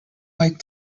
like